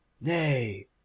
Nay